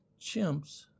chimps